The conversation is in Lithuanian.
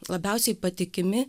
labiausiai patikimi